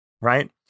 right